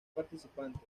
participantes